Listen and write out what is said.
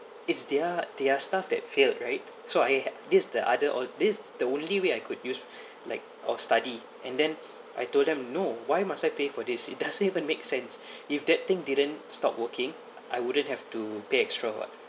it's their their staff that failed right so I had this the other or this the only way I could use like or study and then I told them no why must I pay for this it doesn't even make sense if that thing didn't stop working I wouldn't have to pay extra [what]